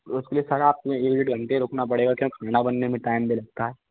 उसके लिए सर आपने एक घंटे रुकना पड़ेगा क्योंकि खाना बनने में टाइम भी लगता है